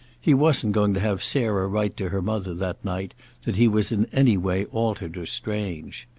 he wasn't going to have sarah write to her mother that night that he was in any way altered or strange.